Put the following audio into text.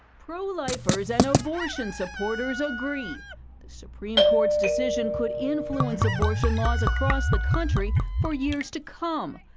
pro-lifers and abortion supporters agree the supreme court's decision could influence abortion laws across the country for years to come.